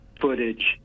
footage